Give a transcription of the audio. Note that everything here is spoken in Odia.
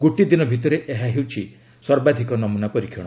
ଗୋଟିଏ ଦିନ ଭିତରେ ଏହା ହେଉଛି ସର୍ବାଧିକ ନମ୍ରନା ପରୀକ୍ଷଣ